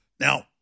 Now